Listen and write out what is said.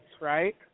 right